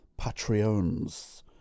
Patreons